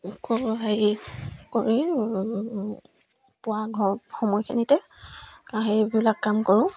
কৰো হেৰি কৰি পুৱা ঘৰত সময়খিনিতে সেইবিলাক কাম কৰোঁ